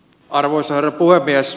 arvoisa herra puhemies